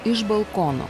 iš balkono